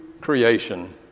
creation